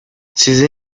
چیزی